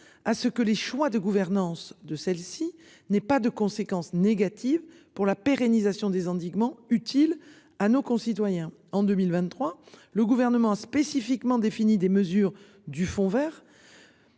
à ce que les choix de gouvernance de celle-ci n'aient pas de conséquences négatives pour la pérennisation des endiguement utile à nos concitoyens en 2023 le gouvernement spécifiquement défini des mesures du Fonds Vert.